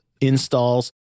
installs